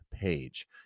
page